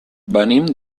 venim